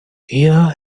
hear